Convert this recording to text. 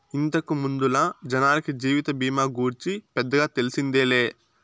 ఇంతకు ముందల జనాలకి జీవిత బీమా గూర్చి పెద్దగా తెల్సిందేలే